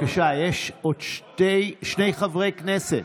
כדאי שתאזין